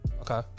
Okay